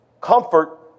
comfort